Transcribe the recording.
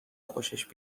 خوشش